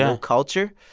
um culture.